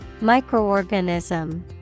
Microorganism